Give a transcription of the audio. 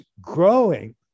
growing